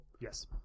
Yes